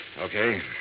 Okay